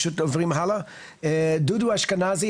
דודו אשכנזי,